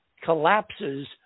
collapses